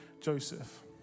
Joseph